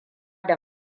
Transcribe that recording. da